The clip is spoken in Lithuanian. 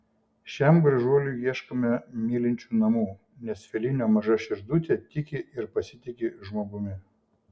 šiam gražuoliui ieškome mylinčių namų nes felinio maža širdutė tiki ir pasitiki žmogumi